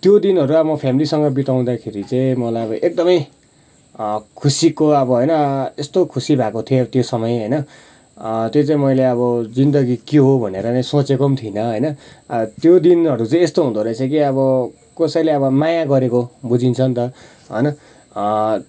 त्यो दिनहरू अब फेमेलीसँग बिताउँदाखेरि चाहिँ मलाई एकदमै खुसीको अब होइन यस्तो खुसी भएको थिएँ त्यो समय होइन त्यो चाहिँ मैले अब जिन्दगी के हो भनेर सोचेको पनि थिइनँ होइन त्यो दिनहरू चाहिँ यस्तो हुँद रहेछ कि अब कसैले अब माया गरेको बुझिन्छ नि त होइन